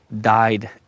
died